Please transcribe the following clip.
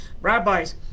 rabbis